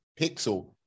pixel